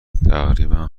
تقریبا